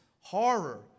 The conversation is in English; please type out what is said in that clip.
horror